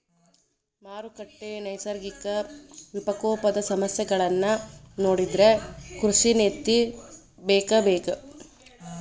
ಮಾರುಕಟ್ಟೆ, ನೈಸರ್ಗಿಕ ವಿಪಕೋಪದ ಸಮಸ್ಯೆಗಳನ್ನಾ ನೊಡಿದ್ರ ಕೃಷಿ ನೇತಿ ಬೇಕಬೇಕ